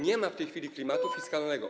Nie ma w tej chwili klimatu fiskalnego.